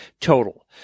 total